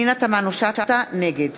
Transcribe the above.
נגד